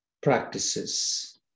practices